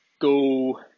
go